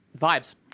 Vibes